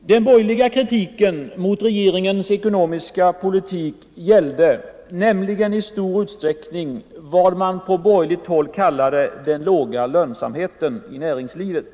Den borgerliga kritiken mot regeringens ekonomiska politik gällde nämligen i stor utsträckning vad man på borgerligt håll kallade den låga lönsamheten i näringslivet.